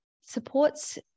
supports